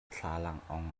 thlalangawng